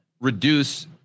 reduce